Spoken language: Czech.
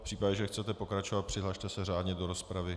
V případě, že chcete pokračovat, přihlaste se řádně do rozpravy.